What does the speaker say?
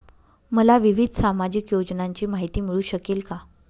मला विविध सामाजिक योजनांची माहिती मिळू शकेल का?